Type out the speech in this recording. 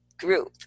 group